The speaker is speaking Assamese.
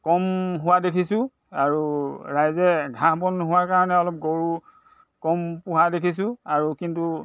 কম হোৱা দেখিছোঁ আৰু ৰাইজে ঘাঁহ বন নোহোৱাৰ কাৰণে অলপ গৰু কম পোহা দেখিছোঁ আৰু কিন্তু